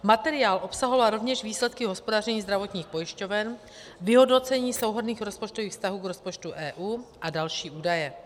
Materiál obsahoval rovněž výsledky hospodaření zdravotních pojišťoven, vyhodnocení souhrnných rozpočtových vztahů k rozpočtu EU a další údaje.